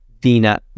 Dina